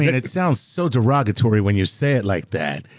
and it sounds so derogatory when you say it like that.